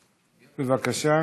בבקשה.